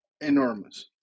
enormous